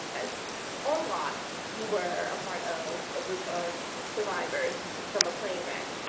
ah on lost, you were a part of a group of survivors from a plane wreck.